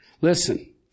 Listen